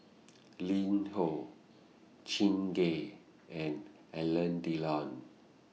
LinHo Chingay and Alain Delon